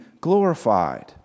glorified